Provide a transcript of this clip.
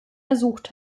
ersucht